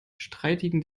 streitigen